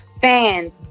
fans